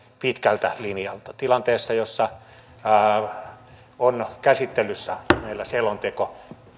pitkältä linjalta tilanteessa jossa käsittelyssä meillä on selonteko